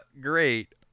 great